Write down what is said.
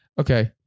Okay